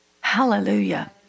Hallelujah